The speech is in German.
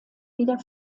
wieder